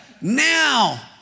now